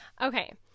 Okay